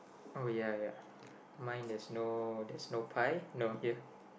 oh ya ya mine that's no that's no pie no here